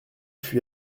fut